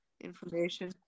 Information